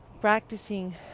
practicing